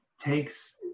takes